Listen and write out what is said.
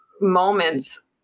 moments